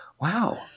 Wow